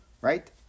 right